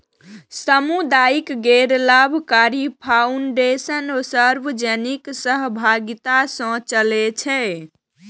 सामुदायिक गैर लाभकारी फाउंडेशन सार्वजनिक सहभागिता सं चलै छै